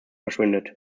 verschwindet